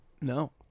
No